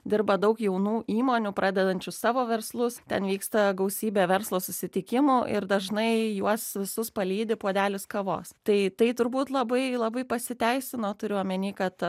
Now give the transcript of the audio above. dirba daug jaunų įmonių pradedančių savo verslus ten vyksta gausybė verslo susitikimų ir dažnai juos visus palydi puodelis kavos tai tai turbūt labai labai pasiteisino turiu omeny kad